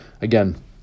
again